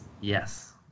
Yes